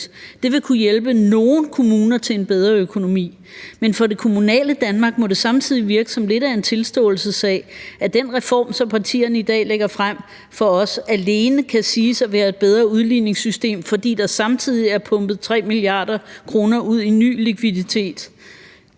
Det vil kunne hjælpe nogle kommuner til en bedre økonomi, men for det kommunale Danmark må det samtidig virke som lidt af en tilståelsessag, at den reform, som partierne i dag lægger frem for os, alene kan siges at være et bedre udligningssystem, fordi der samtidig er pumpet 3 mia. kr. ud i ny likviditet.